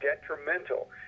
detrimental